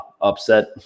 upset